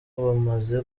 bamaze